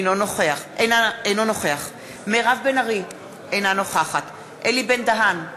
אינו נוכח מירב בן ארי, אינה נוכחת אלי בן-דהן,